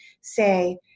Say